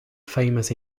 famous